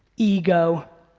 ego.